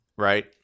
Right